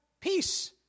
peace